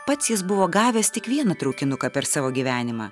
pats jis buvo gavęs tik vieną traukinuką per savo gyvenimą